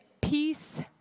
Peace